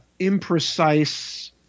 imprecise